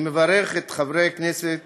אני מברך את חברי הכנסת